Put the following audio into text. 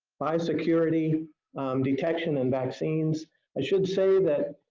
by security detection and vaccines, i should say that,